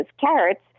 carrots